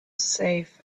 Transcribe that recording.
safe